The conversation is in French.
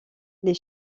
les